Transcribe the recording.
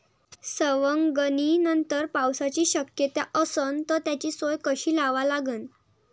सवंगनीनंतर पावसाची शक्यता असन त त्याची सोय कशी लावा लागन?